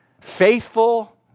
faithful